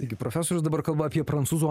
taigi profesorius dabar kalba apie prancūzų